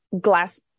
glass